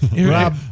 Rob